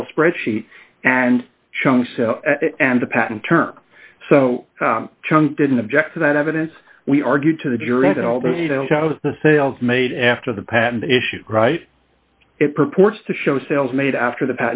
sales spreadsheet and chunk and the patent term so chunk didn't object to that evidence we argued to the jury that all the sales made after the patent issued right it purports to show sales made after the